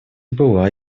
была